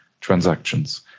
transactions